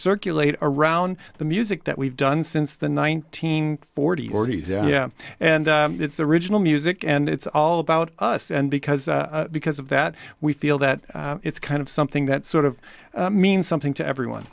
circulate around the music that we've done since the nineteen forty ortiz yeah and it's the original music and it's all about us and because because of that we feel that it's kind of something that sort of means something to everyone